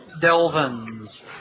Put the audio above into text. Delvins